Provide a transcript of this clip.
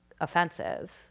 offensive